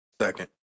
Second